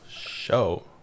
show